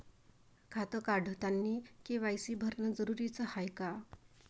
खातं काढतानी के.वाय.सी भरनं जरुरीच हाय का?